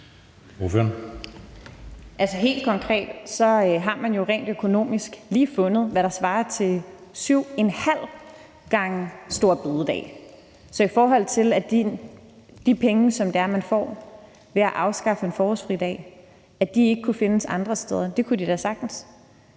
Helt konkret har man rent økonomisk lige fundet, hvad der svarer til 7½ gange store bededag. Så til det med, at de penge, som man får ved at afskaffe en forårsfridag, ikke kunne findes andre steder, vil jeg sige, at det kunne de da sagtens.